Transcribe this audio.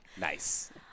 nice